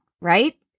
right